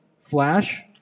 Flash